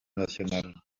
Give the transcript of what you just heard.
nationales